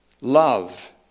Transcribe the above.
Love